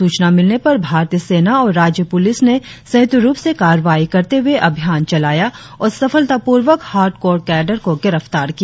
सूचना मिलने पर भारतीय सेना और राज्य पुलिस ने संयुक्त रुप से कार्रवाई करते हुए अभियान चलाया और सफलतापूर्वक हार्डकोर कैडर को गिरफ्तार किया